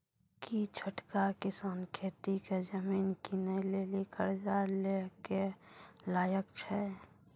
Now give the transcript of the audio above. कि छोटका किसान खेती के जमीन किनै लेली कर्जा लै के लायक छै?